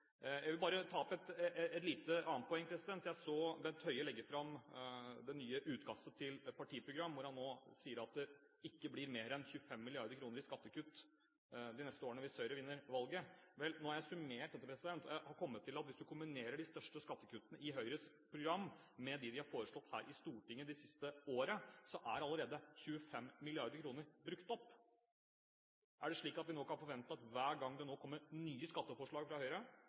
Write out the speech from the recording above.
Jeg vil ta opp et lite, annet poeng: Jeg hørte Bent Høie legge fram det nye utkastet til partiprogram, hvor han nå sier at det ikke blir mer enn 25 mrd. kr i skattekutt de neste årene, hvis Høyre vinner valget. Nå har jeg summert dette, og jeg har kommet til at hvis du kombinerer de største skattekuttene i Høyres program med dem som de har foreslått her i Stortinget det siste året, så er allerede 25 mrd. kr brukt opp. Er det slik at vi nå kan forvente at hver gang det kommer nye skatteforslag fra Høyre,